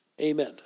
Amen